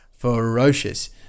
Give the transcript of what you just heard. ferocious